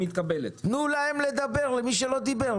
תנו למי שלא דיבר לדבר.